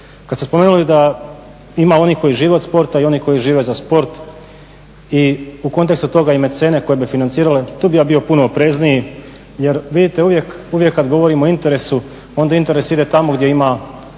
Kad ste spomenuli da ima onih koji žive od sporta i onih koji žive za sport i u kontekstu toga i mecene koja bi financirale, tu bi ja bio puno oprezniji. Jer vidite uvijek, uvijek kad govorimo o interesu onda interes ide tamo gdje ima